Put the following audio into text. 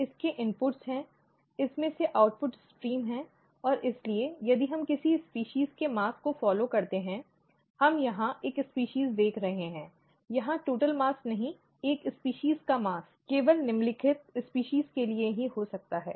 इसके इनपुट्स हैं इसमें से आउटपुट स्ट्रीम हैं और इसलिए यदि हम किसी प्रजाति के द्रव्यमान को फॉलो करते हैं हम यहाँ एक प्रजाति देख रहे हैं यहाँ कुल द्रव्यमान नहीं एक प्रजाति का द्रव्यमान केवल निम्नलिखित प्रजातियों के लिए ही हो सकता है